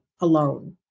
alone